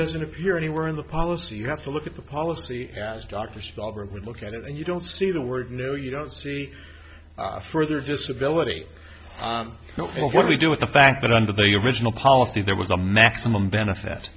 doesn't appear anywhere in the policy you have to look at the policy as dr spellberg we look at it and you don't see the word no you don't see further disability not what we do with the fact that under the your original policy there was a maximum benefit